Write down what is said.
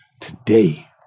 today